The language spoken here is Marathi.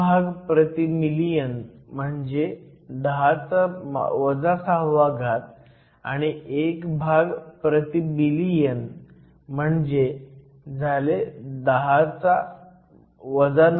1 भाग प्रति मिलियन म्हणजे 10 6 आणि एक भाग प्रति बिलियनअब्ज म्हणजे झाले 10 9